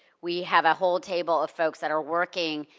we have a whole table of folks that are working,